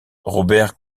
robert